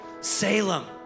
Salem